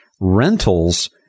rentals